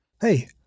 Hey